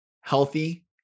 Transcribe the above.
healthy